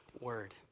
word